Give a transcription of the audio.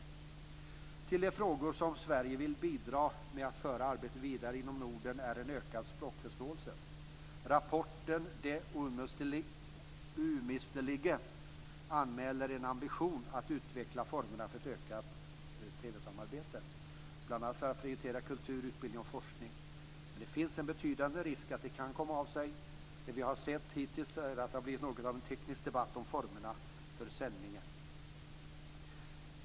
En av de frågor där Sverige vill bidra till att föra arbetet vidare inom Norden är en ökad språkförståelse. Rapporten Det umistelige anmäler en ambition att utveckla formerna för ett ökat TV-samarbete, bl.a. för att prioritera kultur, utbildning och forskning. Det finns dock en betydande risk att detta kan komma av sig. Det vi har sett hittills är att det har blivit något av en teknisk debatt om formerna för sändningen.